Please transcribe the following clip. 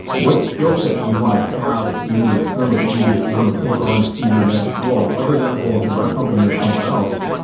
what skillset do you want to have at the end of the term of duty that you want to take on to your next role? whether that role is in our company or somewhere else.